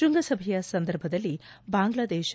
ಶ್ಪಂಗಸಭೆಯ ಸಂದರ್ಭದಲ್ಲಿ ಬಾಂಗ್ಲಾದೇಶ